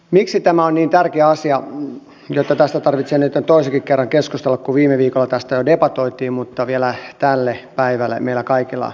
miksi tämä on niin tärkeä asia että tästä tarvitsee nytten toisenkin kerran keskustella kun viime viikolla tästä jo debatoitiin miksi vielä tälle päivälle meillä kaikilla puhehaluja riittää